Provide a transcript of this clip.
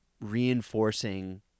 reinforcing